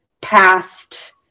past